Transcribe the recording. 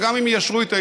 וגם אם יישרו את ההדורים,